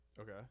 Okay